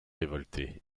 révolter